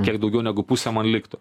kiek daugiau negu pusę man liktų